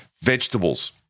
Vegetables